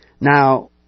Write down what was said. Now